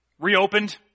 Reopened